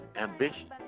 ambition